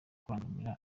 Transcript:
kubangamira